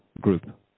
group